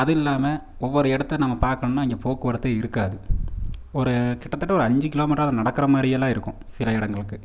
அதுவும் இல்லாமல் ஒவ்வொரு இடத்த நம்ம பார்க்கணுன்னா அங்கே போக்குவரத்தே இருக்காது ஒரு கிட்டத்தட்ட ஒரு அஞ்சு கிலோமீட்டராவது நடக்கிற மாதிரியெல்லாம் இருக்கும் சில இடங்களுக்கு